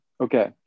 Okay